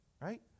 Right